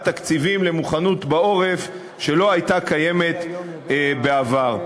תקציבים למוכנות בעורף שלא הייתה קיימת בעבר.